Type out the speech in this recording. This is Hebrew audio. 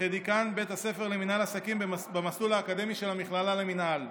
וכדיקן בית הספר למינהל עסקים במסלול האקדמי של המכללה למינהל.